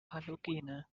halogene